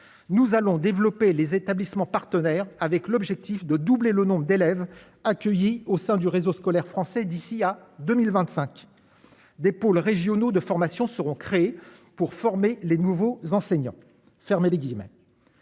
nous allons développer les établissements partenaires avec l'objectif de doubler le nombre d'élèves accueillis au sein du réseau scolaire français d'ici à 2025 des pôles régionaux de formation seront créés pour former les nouveaux enseignants, fermez les guillemets.